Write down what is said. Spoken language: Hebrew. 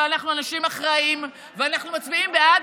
אבל אנחנו אנשים אחראיים ואנחנו מצביעים בעד.